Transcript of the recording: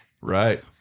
Right